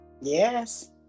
Yes